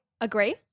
agree